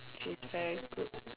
she's very good